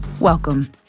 welcome